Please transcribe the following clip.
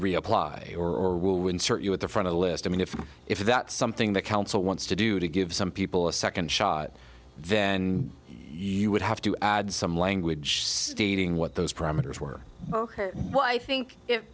reapply or insert you at the front of the list to mean if if that something the council wants to do to give some people a second shot then you would have to add some language stating what those parameters were what i think i